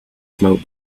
smoke